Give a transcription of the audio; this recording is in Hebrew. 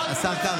אף אחד לא יצעק.